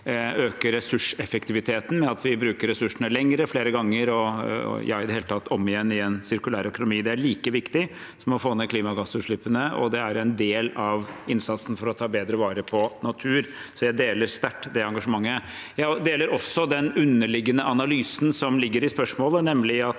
øker ressurseffektiviteten ved å bruke ressursene lenger, flere ganger og i det hele tatt om igjen i en sirkulær økonomi? Det er like viktig som å få ned klimagassutslippene, og det er en del av innsatsen for å ta bedre vare på natur. Jeg deler sterkt det engasjementet. Det gjelder også den underliggende analysen som ligger i spørsmålet, nemlig at